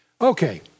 Okay